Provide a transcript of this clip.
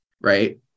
Right